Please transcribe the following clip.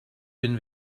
bin